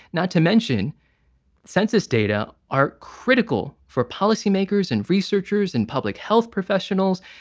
not to mention census data are critical for policymakers and researchers and public health professionals.